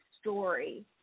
story